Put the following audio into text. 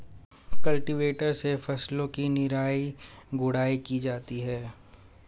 cultivator से फसलों की निराई गुड़ाई की जाती है